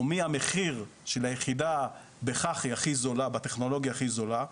מי המחיר של היחידה בהכרח היא בטכנולוגיה הכי זולה.